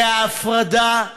זה ההפרדה,